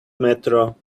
metro